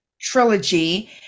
trilogy